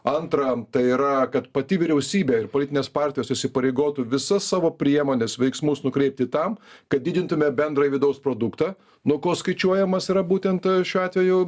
antra tai yra kad pati vyriausybė ir politinės partijos įsipareigotų visas savo priemones veiksmus nukreipti tam kad didintume bendrąjį vidaus produktą nuo ko skaičiuojamas yra būtent šiuo atveju